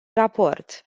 raport